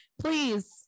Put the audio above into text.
please